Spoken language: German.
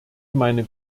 meine